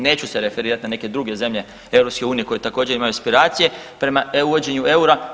Neću se referirati na neke druge zemlje EU koje također imaju aspiracije prema uvođenju eura.